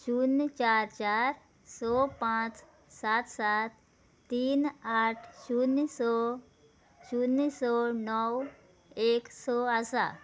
शुन्य चार चार स पांच सात सात तीन आठ शुन्य स शुन्य स णव एक स आसा